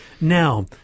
Now